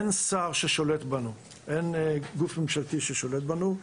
אין שר ששולט בנו, אין גוף ממשלתי ששולט בנו.